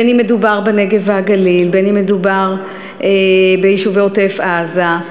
בין אם מדובר בנגב והגליל ובין אם מדובר ביישובי עוטף-עזה,